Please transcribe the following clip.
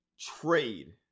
trade